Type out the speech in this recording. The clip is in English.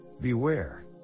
Beware